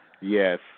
Yes